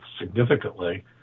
significantly